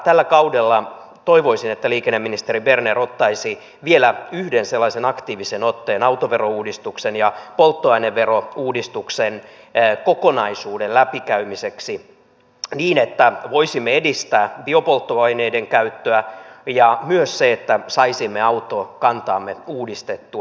tällä kaudella toivoisin että liikenneministeri berner ottaisi vielä yhden sellaisen aktiivisen otteen autoverouudistuksen ja polttoaineverouudistuksen kokonaisuuden läpikäymiseksi niin että voisimme edistää biopolttoaineiden käyttöä ja myös saisimme autokantaamme uudistettua